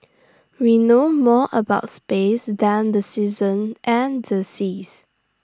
we know more about space than the seasons and the seas